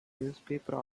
newspaper